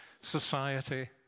society